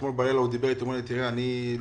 אתמול בלילה הוא דיבר אתי ואמר לי שהוא לא בטוח